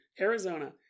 Arizona